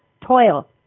toil